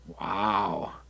Wow